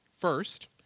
First